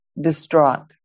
distraught